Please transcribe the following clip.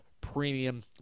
premium